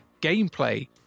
gameplay